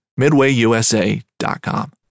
MidwayUSA.com